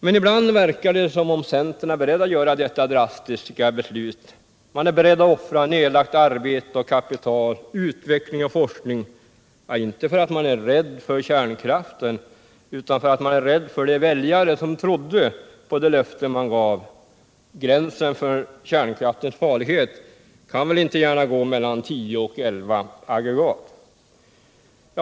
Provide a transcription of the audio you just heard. Men ibland verkar det som om centern är beredd att fatta detta drastiska beslut, är beredd att offra nedlagt arbete och kapital, utveckling och forskning —-inte för att man är rädd för kärnkraften utan för att man är rädd för de väljare som trodde på de löften man gav. Gränsen för kärnkraftens farlighet kan inte gärna gå mellan tio och elva aggregat.